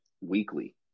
weekly